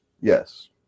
Yes